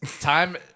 Time